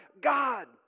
God